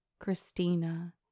Christina